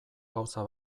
gauza